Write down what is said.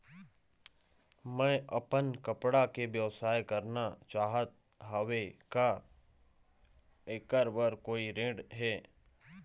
मैं अपन कपड़ा के व्यवसाय करना चाहत हावे का ऐकर बर कोई ऋण हे?